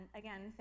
again